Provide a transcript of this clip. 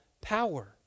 power